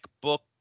book